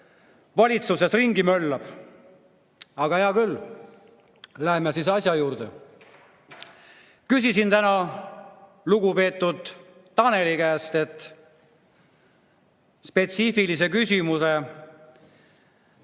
valitsuses möllab. Aga hea küll, läheme asja juurde. Küsisin täna lugupeetud Taneli käest spetsiifilise küsimuse